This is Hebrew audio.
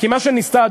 כי מה שניסתה לעשות,